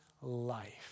life